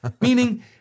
meaning